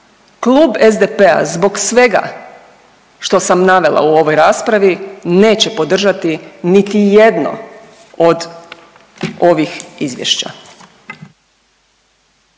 Klub SDP-a zbog svega što sam navela u ovoj raspravi neće podržati niti jedno od ovih izvješća.